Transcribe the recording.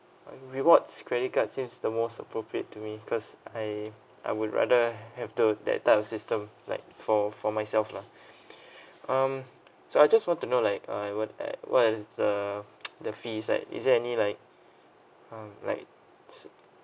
rewards credit card seems the most appropriate to me because I I would rather have the that type of system like for for myself lah um so I just want to know like uh what at what is the the fees like is there any like uh likes